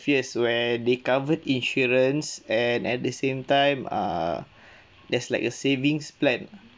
years where they covered insurance and at the same time err that's like a savings plan